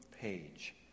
page